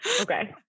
Okay